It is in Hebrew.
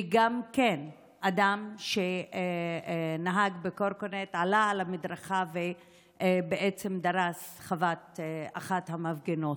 וגם כן אדם שנהג בקורקינט עלה על המדרכה ודרס את אחת המפגינות.